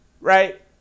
right